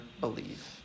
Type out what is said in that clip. believe